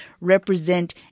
represent